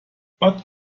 but